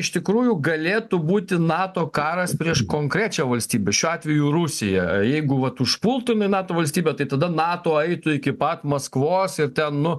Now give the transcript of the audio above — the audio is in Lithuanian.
iš tikrųjų galėtų būti nato karas prieš konkrečią valstybę šiuo atveju rusijį jeigu vat užpultume nato valstybę tai tada nato eitų iki pat maskvos ir ten nu